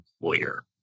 employer